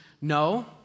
no